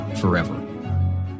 forever